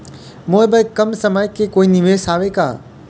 मोर बर कम समय के कोई निवेश हावे का?